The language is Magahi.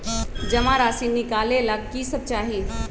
जमा राशि नकालेला कि सब चाहि?